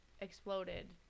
exploded